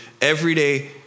everyday